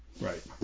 Right